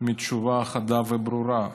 מתשובה חדה וברורה.